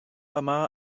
yma